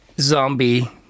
zombie